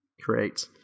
create